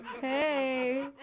Hey